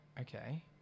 okay